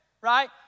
right